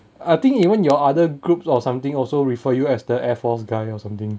I think even your other groups or something also refer you as the air force guy or something